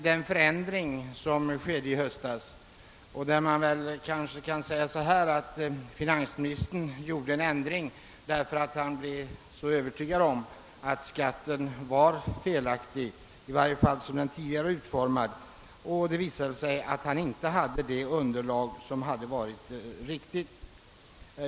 Den förändring som skedde i höstas kan sägas innebära, att finansministern gjorde en ändring, därför att han blivit övertygad om att skatten var felaktig, i varje fall sådan den tidigare utformats, och att han inte haft det underlag som skulle ha varit erforderligt.